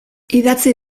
idatzi